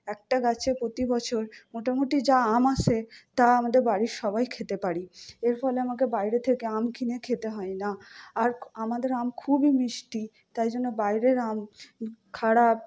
একটা গাছে প্রতি বছর মোটামুটি যা আম আসে তা আমাদের বাড়ির সবাই খেতে পারি এর ফলে আমাকে বাইরে থেকে আম কিনে খেতে হয় না আর আমাদের আম খুবই মিষ্টি তাই জন্য বাইরের আম খারাপ